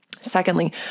Secondly